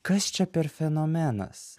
kas čia per fenomenas